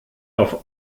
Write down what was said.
auf